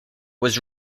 was